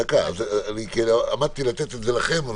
עמדתי לתת לכם.